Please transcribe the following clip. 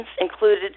included